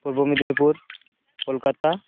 Purba Medinipur Kolkata